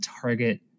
target